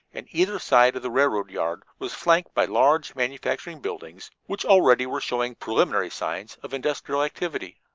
and either side of the railroad yard was flanked by large manufacturing buildings, which already were showing preliminary signs of industrial activity.